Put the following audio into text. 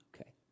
Okay